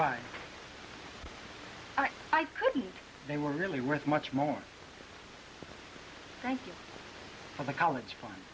that i couldn't they were really worth much more thank you for the college f